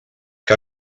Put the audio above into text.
que